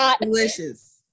Delicious